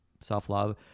self-love